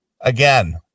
again